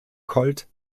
colt